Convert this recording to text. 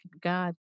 God